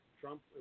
Trump